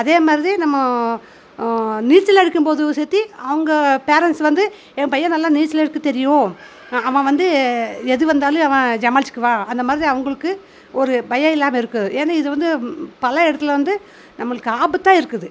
அதேமாதிரி நம்ம நீச்சல் அடிக்கும்போது சேர்த்தி அவங்க பேரண்ட்ஸ் வந்து என் பையன் நல்லா நீச்சல் அடிக்க தெரியும் அவன் வந்து எது வந்தாலும் அவன் சமாளிச்சிக்குவான் அந்தமாதிரி அவங்களுக்கு ஒரு பயம் இல்லாமே இருக்குது ஏன்னா இது வந்து பழைய இடத்துல வந்து நம்மளுக்கு ஆபத்தாக இருக்குது